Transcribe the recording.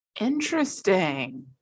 Interesting